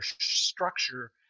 structure